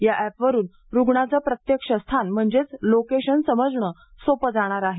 या अँपवरून रूग्णाचे प्रत्यक्ष स्थान म्हणजेच लोकेशन समजणे सोपे जाणार आहेत